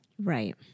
Right